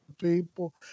people